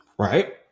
Right